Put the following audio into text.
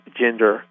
gender